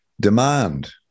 demand